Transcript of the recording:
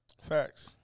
Facts